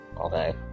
Okay